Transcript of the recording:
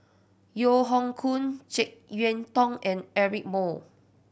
Yeo Hoe Koon Jek Yeun Thong and Eric Moo